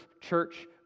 church